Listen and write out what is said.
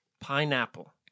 pineapple